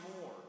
more